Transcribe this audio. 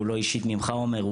והוא לא אישית ממך עומר,